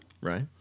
right